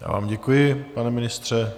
Já vám děkuji, pane ministře.